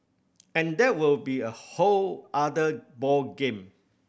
and that will be a whole other ball game